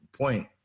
point